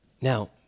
Now